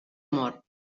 mor